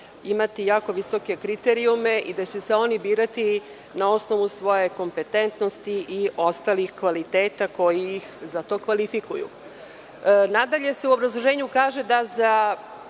imati jako visoki kriterijum i da će se oni birati na osnovu svoje kompetentnosti i ostalih kvaliteta koji ih za to kvalifikuju. U obrazloženju se kaže da za